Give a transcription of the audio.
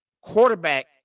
quarterback